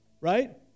Right